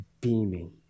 beaming